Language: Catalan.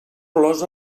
plors